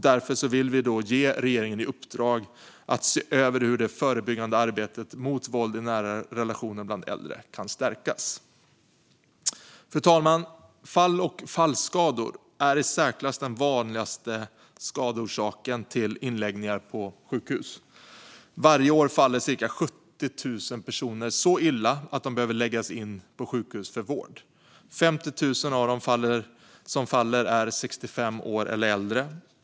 Därför vill vi ge regeringen i uppdrag att se över hur det förebyggande arbetet mot våld i nära relationer bland äldre kan stärkas. Fru talman! Fall och fallskador är den i särklass vanligaste skadeorsaken till inläggningar på sjukhus. Varje år faller cirka 70 000 personer så illa att de behöver läggas in på sjukhus för vård. 50 000 av dem som faller är 65 år eller äldre.